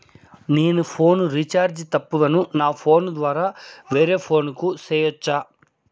నేను phone recharge తప్పులను నా ఫోను ద్వారా వేరే ఫోను కు సేయొచ్చా?